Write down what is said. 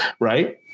Right